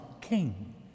King